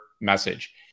message